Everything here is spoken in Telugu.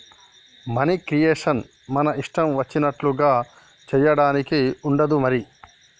మనీ క్రియేషన్ మన ఇష్టం వచ్చినట్లుగా చేయడానికి ఉండదు మరి